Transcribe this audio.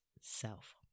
self